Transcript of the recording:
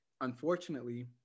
Unfortunately